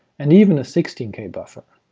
and even a sixteen k buffer.